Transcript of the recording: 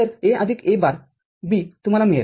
तर A आदिक A बार B तुम्हाला मिळेल